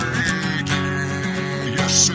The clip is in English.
Yes